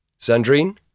Sandrine